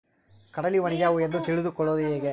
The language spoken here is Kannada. ಕಡಲಿ ಒಣಗ್ಯಾವು ಎಂದು ತಿಳಿದು ಕೊಳ್ಳೋದು ಹೇಗೆ?